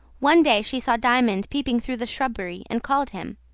one day she saw diamond peeping through the shrubbery, and called him.